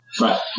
Right